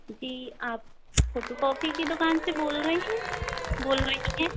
जी आप फोटोकॉपी की दुकान से बोल रहे हैं बोल रहे हैं